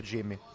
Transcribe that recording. Jimmy